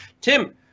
Tim